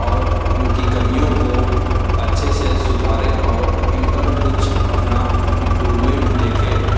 और इनकी कमियों को अच्छे से सुधारें और इन पर कुछ अपना इम्प्रोव्मेंट देखें